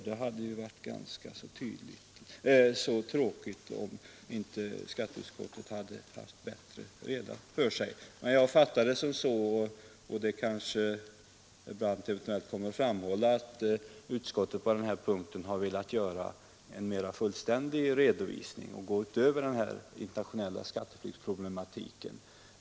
Det hade varit ganska tråkigt, om inte skatteutskottet hade haft bättre reda på sig. Jag fattar det emellertid så — och det kanske herr Brandt kommer att framhålla — att utskottet på den här punkten har velat göra en mera fullständig redovisning och gå utöver den internationella skatteflyktsproblematiken.